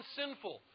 sinful